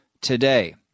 today